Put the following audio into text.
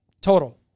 total